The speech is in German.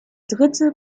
dritte